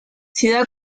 ciudad